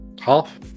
Half